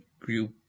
Group